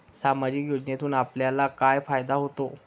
सामाजिक योजनेतून आपल्याला काय फायदा होतो?